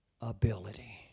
ability